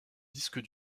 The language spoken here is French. disques